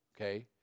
Okay